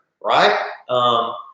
right